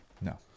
no